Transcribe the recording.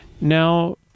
Now